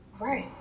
right